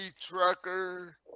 trucker